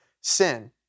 sin